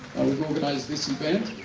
we've organized this event.